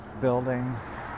buildings